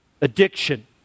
addiction